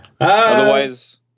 Otherwise